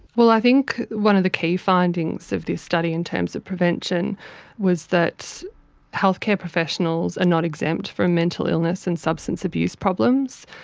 well, i think one of the key findings of this study in terms of prevention was that healthcare professionals are not exempt from mental illness and substance abuse problems.